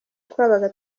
twabaga